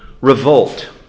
revolt